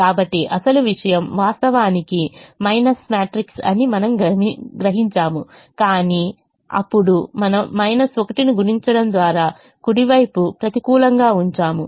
కాబట్టి అసలు విషయం వాస్తవానికి మైనస్ మ్యాట్రిక్స్ అని మీరు గ్రహించారు కాని అప్పుడు మనము 1 ను గుణించడం ద్వారా కుడి వైపు ప్రతికూలంగా ఉంచాము